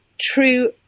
true